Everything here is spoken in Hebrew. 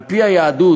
על-פי היהדות,